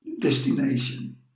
destination